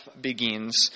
begins